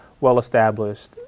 well-established